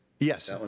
Yes